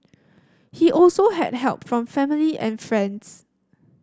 he also had help from family and friends